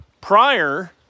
prior